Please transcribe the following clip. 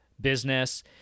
business